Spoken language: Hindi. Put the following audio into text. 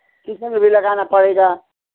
किचन भी लगाना पड़ेगा